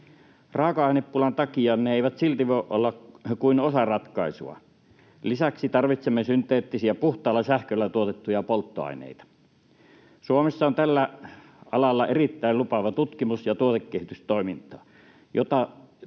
Raaka-ainepulan takia ne eivät silti voi olla kuin osa ratkaisua. Lisäksi tarvitsemme synteettisiä, puhtaalla sähköllä tuotettuja polttoaineita. Suomessa on tällä alalla erittäin lupaava tutkimus‑ ja tuotekehitystoiminta, jota